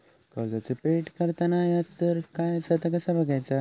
कर्जाचा फेड करताना याजदर काय असा ता कसा बगायचा?